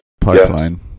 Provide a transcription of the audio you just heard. Pipeline